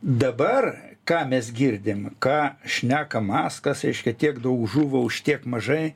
dabar ką mes girdim ką šneka maskas reiškia tiek daug žuvo už tiek mažai